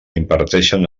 imparteixen